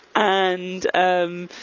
and um,